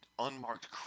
unmarked